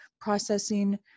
processing